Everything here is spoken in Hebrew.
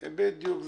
בדיוק.